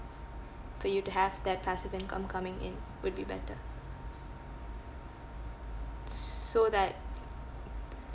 for you to have that passive income coming in would be better s~ so that